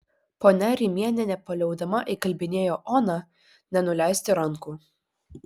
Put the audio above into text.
ponia rimienė nepaliaudama įkalbinėjo oną nenuleisti rankų